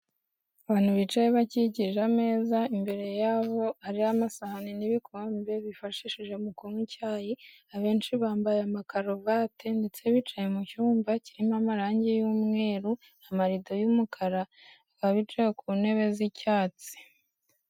Abantu bicaye bakikije ameza, imbere yabo ari amasahani n'ibikombe bifashisha mu kunywa icyayi, abenshi bambaye amakaruvati ndetse bicaye mu cyumba kirimo amarangi y'umweru, amarido y'umukara, bakaba bicaye ku ntebe z'icyatsi.